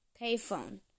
Payphone